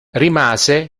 rimase